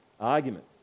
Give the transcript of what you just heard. argument